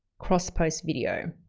crosspost video.